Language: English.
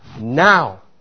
Now